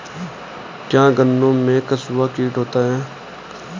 क्या गन्नों में कंसुआ कीट होता है?